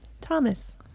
Thomas